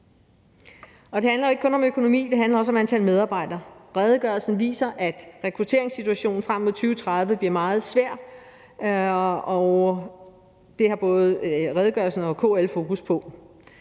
det handler jo ikke kun om økonomi, men det handler også om antal medarbejdere. Redegørelsen viser, at rekrutteringssituationen frem mod 2030 bliver meget svær, og det har både redegørelsen og KL fokus på.